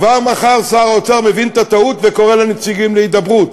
כבר מחר שר האוצר מבין את הטעות וקורא לנציגים להידברות.